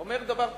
אומר דבר פשוט: